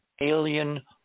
alien